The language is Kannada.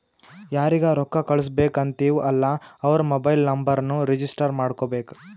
ಯಾರಿಗ ರೊಕ್ಕಾ ಕಳ್ಸುಬೇಕ್ ಅಂತಿವ್ ಅಲ್ಲಾ ಅವ್ರ ಮೊಬೈಲ್ ನುಂಬರ್ನು ರಿಜಿಸ್ಟರ್ ಮಾಡ್ಕೋಬೇಕ್